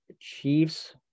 Chiefs